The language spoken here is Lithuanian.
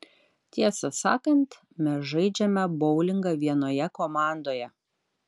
tiesą sakant mes žaidžiame boulingą vienoje komandoje